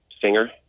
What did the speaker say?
singer